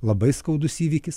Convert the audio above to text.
labai skaudus įvykis